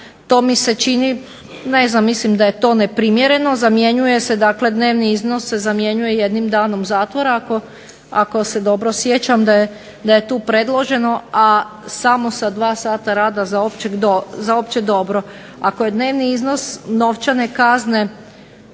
To mi se čini ne znam mislim da je to neprimjerno. Zamjenjuje se dakle dnevni iznos se zamjenjuje jednim danom zatvora, ako se dobro sjećam da je tu predloženo, a samo sa dva sata rada za opće dobro. Ako je dnevni iznos novčane kazne